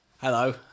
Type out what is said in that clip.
Hello